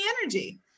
energy